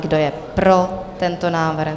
Kdo je pro tento návrh?